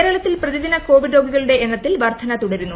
കേരളത്തിൽ പ്രതിദിന കോവിഡ് രോഗികളുടെ എണ്ണത്തിൽ വർദ്ധന തുടരുന്നു